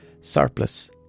surplus